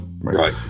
Right